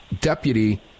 deputy